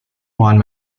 juan